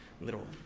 little